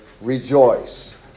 rejoice